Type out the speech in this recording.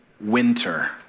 winter